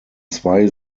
zwei